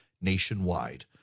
nationwide